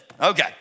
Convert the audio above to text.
Okay